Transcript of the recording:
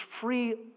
free